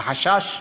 החשש.